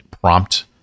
prompt